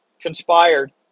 conspired